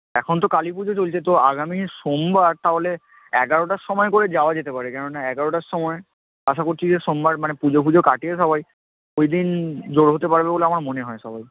এখন তো কালী পুজো চলছে তো আগামী সোমবার তাহলে এগারোটার সময় করে যাওয়া যেতে পারে কেননা এগারোটার সময় আশা করছি যে সোমবার মানে পুজো ফুজো কাটিয়ে সবাই ওই দিন জড়ো হতে পারবে বলে আমার মনে হয় সবাই